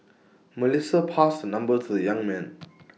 Melissa passed number to the young man